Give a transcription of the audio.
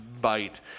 bite